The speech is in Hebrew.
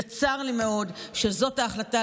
וצר לי מאוד שזאת ההחלטה,